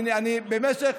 אני במשך